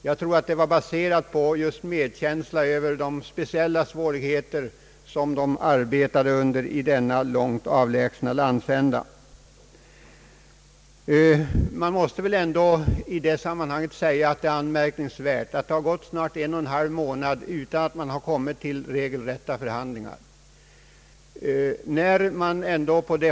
Jag tror att denna sympati var baserad på medkänsla och förståelse för de speciella svårigheter under vilka man arbetar i denna avlägsna landsända. Jag finner det anmärkningsvärt att det nu gått en och en halv månad utan att regelrätta förhandlingar kommit till stånd.